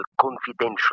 confidential